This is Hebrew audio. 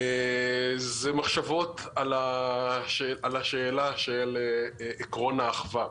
אלו מחשבות על השאלה של עקרון האחווה,